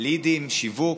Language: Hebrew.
לידים, שיווק.